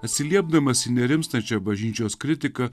atsiliepdamas į nerimstančią bažnyčios kritiką